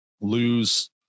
lose